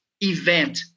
event